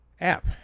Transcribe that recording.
app